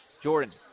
Jordan